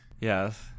Yes